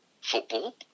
football